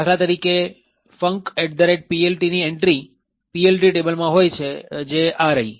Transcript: દાખલા તરીકે funcPLT ની એક એન્ટ્રી PLT ટેબલમાં હોય છે જે આ રહી